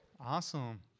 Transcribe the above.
Awesome